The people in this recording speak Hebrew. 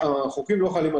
החוקים לא חלים על